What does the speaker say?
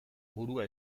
burua